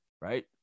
right